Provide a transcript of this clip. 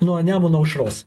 nuo nemuno aušros